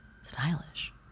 stylish